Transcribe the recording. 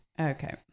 Okay